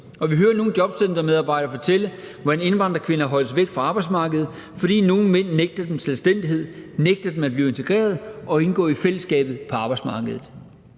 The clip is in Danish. vi hører nogle jobcentermedarbejdere fortælle, hvordan indvandrerkvinder holdes væk fra arbejdsmarkedet, fordi nogle mænd nægter dem selvstændighed, nægter dem at blive integreret og indgå i fællesskabet på arbejdsmarkedet.